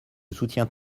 soutiens